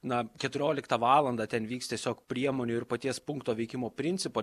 na keturioliktą valandą ten vyks tiesiog priemonių ir paties punkto veikimo principo